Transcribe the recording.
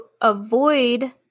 avoid